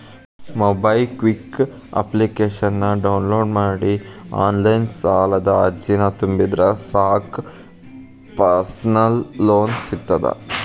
MobiKwik ಅಪ್ಲಿಕೇಶನ download ಮಾಡಿ online ಸಾಲದ ಅರ್ಜಿನ ತುಂಬಿದ್ರ ಸಾಕ್ ಪರ್ಸನಲ್ ಲೋನ್ ಸಿಗತ್ತ